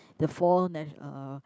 the four national uh